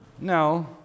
No